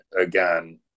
again